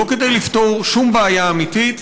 לא כדי לפתור שום בעיה אמיתית,